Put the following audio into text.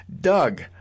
Doug